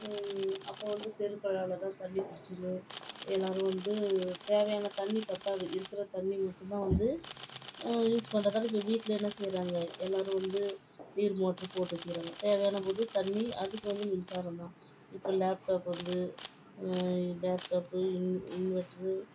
அப்புறம் வந்து தெரு கொழாயில் தான் தண்ணி பிடிச்சின்னு எல்லொரும் வந்து தேவையான தண்ணி பற்றாது இருக்கிற தண்ணி மட்டும்தான் வந்து யூஸ் பண்ணுறதால இப்போ வீட்டிலயே என்ன செய்கிறாங்க எல்லோரும் வந்து நீர் மோட்டரு போட்டு வெச்சுக்கிறாங்க தேவையான போது தண்ணி அதுக்கு வந்து மின்சாரம் தான் இப்போ லேப்டாப் வந்து லேப்டாப்பு இன் இன்வெட்டரு